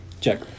Check